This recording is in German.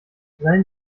seien